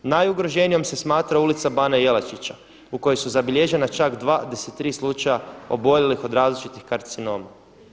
Najugroženijom se smatra Ulica bana Jelačića u kojoj su zabilježena čak 23 slučaja oboljelih od različitih karcinoma.